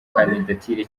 kandidatire